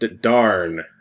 darn